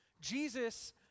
Jesus